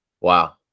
Wow